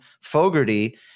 Fogarty